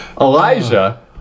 Elijah